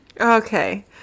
Okay